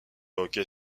hockey